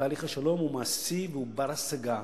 שתהליך השלום הוא מעשי והוא בר-השגה,